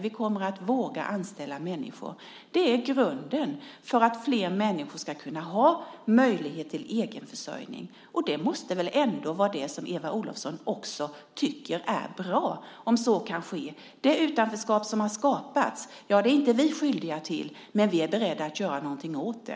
Vi kommer att våga anställa människor. Det är grunden för att flera människor ska kunna ha möjlighet till egen försörjning, och det måste väl ändå vara något som Eva Olofsson också tycker är bra, om så kan ske. Det utanförskap som har skapats är inte vi skyldiga till, men vi är beredda att göra någonting åt det.